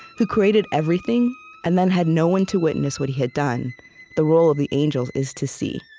who created everything and then had no one to witness what he had done the role of the angels is to see.